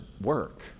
work